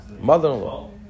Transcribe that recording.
mother-in-law